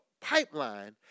pipeline